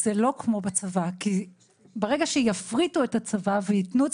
זה לא כמו בצבא כי ברגע שיפריטו את הצבא ויתנו את